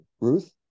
ruth